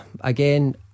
Again